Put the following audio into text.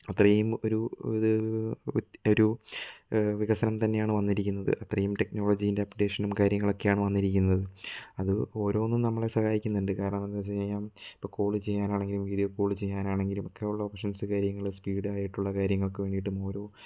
അത്രയും ഇത് ഒരു ഒരു വികസനം തന്നെയാണ് വന്നിരിക്കുന്നത് അത്രയും ടെക്നോളജിന്റെ അപ്ഡേഷനും കാര്യങ്ങളും ഒക്കെയാണ് വന്നിരിക്കുന്നത് അത് ഓരോന്നും നമ്മളെ സഹായികുന്നുണ്ട് കാരണം എന്തെന്ന് വച്ചു കഴിഞ്ഞാല് കോള് ചെയ്യാനാണേലും വിഡിയോ കോള് ചെയ്യാനാണെങ്കിലും ഉള്ള ഓപ്ഷന്സ് കാര്യങ്ങള് സ്പീഡ് ആയിട്ടുള്ള കാര്യങ്ങള്ക്ക് വേണ്ടിട്ടും ഓരോ